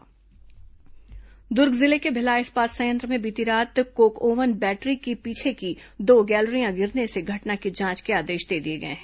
BSP हादसा दुर्ग जिले के भिलाई इस्पात संयंत्र में बीती रात कोक ओवन बैटरी की पीछे की दो गैलरियां गिरने की घटना की जांच के आदेश दे दिए गए हैं